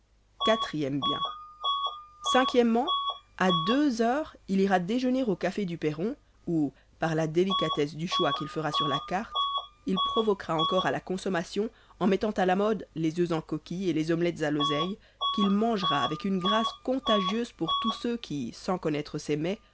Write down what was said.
quatrième bien o a deux heures il ira déjeûner au café du perron où par la délicatesse du choix qu'il fera sur la carte il provoquera encore à la consommation en mettant à la mode les oeufs en coquille et les omelettes à l'oseille qu'il mangera avec une grâce contagieuse pour tous ceux qui sans connaître ces mets